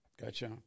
Gotcha